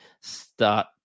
start